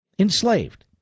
Enslaved